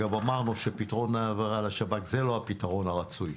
גם אמרנו שפתרון העברה לשב"כ הוא לא הפתרון הרצוי.